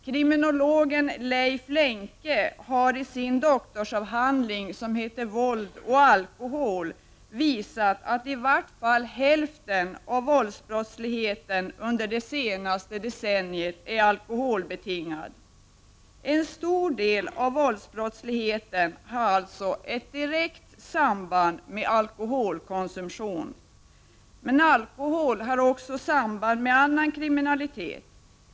Kriminologen Leif Lenke har i sin doktorsavhandling, Våld och alkohol, visat att i vart fall hälften av våldsbrotten under det senaste decenniet är alkoholbetingade. En stor del av våldsbrottsligheten har alltså ett direkt samband med alkoholkonsumtion. Men alkohol har också samband med annan kriminalitet.